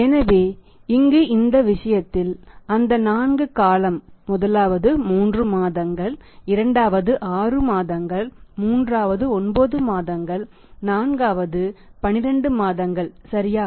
எனவே இந்த விஷயத்தில் அந்த 4 காலத்தை முதலாவது 3 மாதங்கள் 2 வது 6 மாதங்கள் மூன்றாவது 9 மாதங்கள் நான்காவது 12 மாதங்கள் சரியா